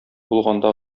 булганда